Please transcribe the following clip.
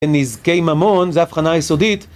נזקי ממון זה הבחנה יסודית